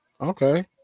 okay